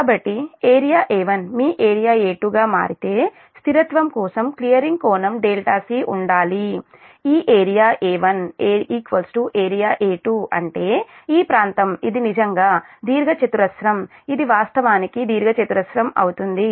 కాబట్టి area A1 మీ area A2 గా మారితే స్థిరత్వం కోసం క్లియరింగ్ కోణం c ఉండాలి ఈ ఏరియా A1 ఏరియా A2 అంటే ఈ ప్రాంతం ఇది నిజంగా దీర్ఘచతురస్రం ఇది వాస్తవానికి దీర్ఘచతురస్రం అవుతుంది